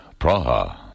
Praha